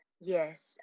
Yes